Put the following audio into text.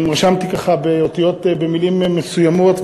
רשמתי ככה במילים מסוימות,